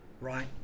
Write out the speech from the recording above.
right